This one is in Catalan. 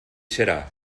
serà